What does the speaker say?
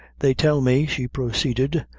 they tell me, she proceeded,